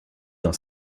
dans